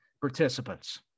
participants